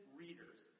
readers